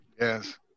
Yes